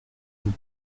vous